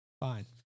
Fine